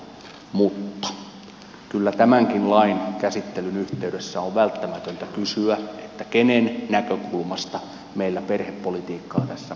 mutta kyllä tämänkin lain käsittelyn yhteydessä on välttämätöntä kysyä kenen näkökulmasta meillä perhepolitiikkaa tässä maassa tehdään